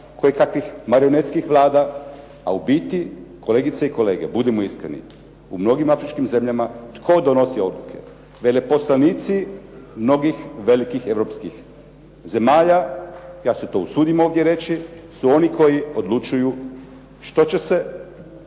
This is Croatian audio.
kojekakvih marionetskih vlada, a ubiti, kolegice i kolege, budimo iskreni, u mnogim afričkim zemljama, tko donosi odluke? Veleposlanici mnogih velikih europskih zemalja, ja se to usudim ovdje reći, su oni koji odlučuju što će se investirati,